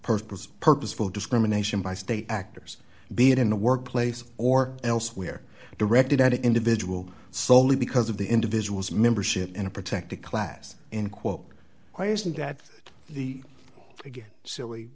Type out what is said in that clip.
purpose purposeful discrimination by state actors be it in the workplace or elsewhere directed at individual soley because of the individual's membership in a protected class in quote why isn't that the again silly